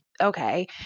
okay